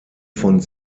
von